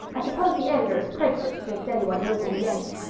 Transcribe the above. i suppose the editor is prejudiced against any one who isn't a yankee.